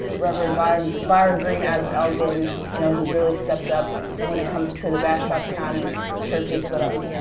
reverend byron byron green out of elgin you know, he's really stepped up when it comes to the bastrop county churches but,